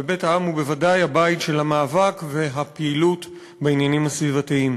ובית העם הוא בוודאי הבית של המאבק והפעילות בעניינים הסביבתיים.